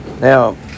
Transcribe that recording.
Now